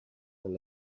and